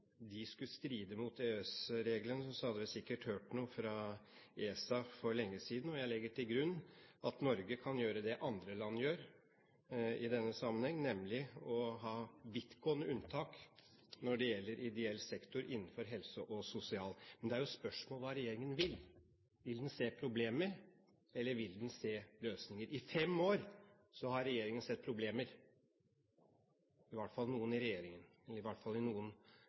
de skulle stride mot EØS-reglene, hadde vi sikkert hørt noe fra ESA for lenge siden. Jeg legger til grunn at Norge kan gjøre det andre land gjør i denne sammenheng, nemlig ha vidtgående unntak når det gjelder ideell sektor innenfor helse og sosial. Men spørsmålet er hva regjeringen vil. Vil den se problemer, eller vil den se løsninger? I fem år har regjeringen sett problemer, i hvert fall noen i regjeringen. I hvert fall noen i